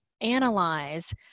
analyze